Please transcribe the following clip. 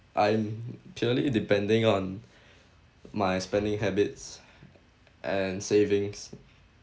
I'm purely depending on my spending habits and savings